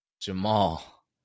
Jamal